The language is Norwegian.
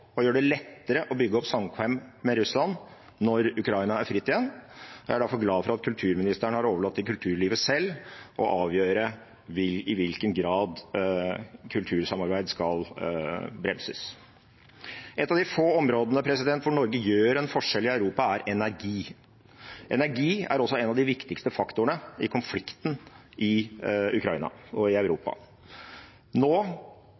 og gjør det lettere å bygge opp samkvem med Russland når Ukraina er fritt igjen. Jeg er derfor glad for at kulturministeren har overlatt til kulturlivet selv å avgjøre i hvilken grad kultursamarbeid skal bremses. Et av de få områdene hvor Norge gjør en forskjell i Europa, er energi. Energi er også en av de viktigste faktorene i konflikten i Ukraina og i Europa. Nå